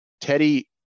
Teddy